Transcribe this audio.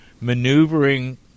maneuvering